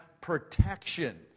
protection